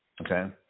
Okay